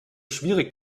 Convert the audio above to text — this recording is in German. schwierig